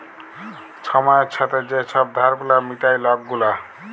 ছময়ের ছাথে যে ছব ধার গুলা মিটায় লক গুলা